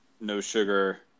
no-sugar